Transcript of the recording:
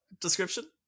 description